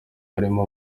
harimo